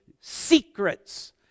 secrets